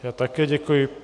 Já také děkuji.